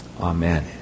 Amen